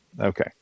okay